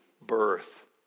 birth